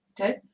Okay